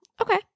Okay